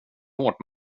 hårt